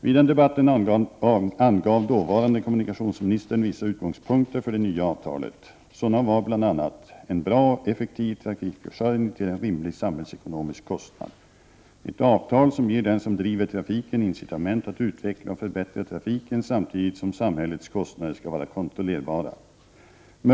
Vid den debatten angav dåvarande kommunikationsministern vissa utgångspunkter för det nya avtalet. Sådana var bl.a.: En bra och effektiv trafikförsörjning till en rimlig samhällsekonomisk kostnad. Ett avtal som ger den som driver trafiken incitament att utveckla och förbättra trafiken samtidigt som samhällets kostnader skall vara kontrollerbara.